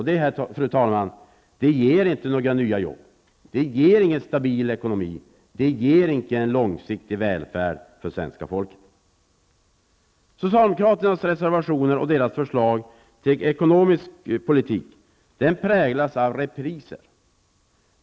Det, fru talman, ger inte några nya jobb, ingen stabil ekonomi och ingen långsiktig välfärd för svenska folket. Socialdemokraternas reservationer och deras förslag till ekonomisk politik präglas av repriser.